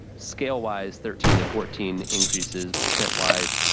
scale wise. thirteen and fourteen increases percent wise,